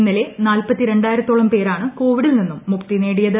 ഇന്നലെ നാല്പത്തി രണ്ടായിരത്ത്രിളം പേരാണ് കോവിഡിൽ നിന്നും മുക്തി നേടിയത്